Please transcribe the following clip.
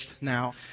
now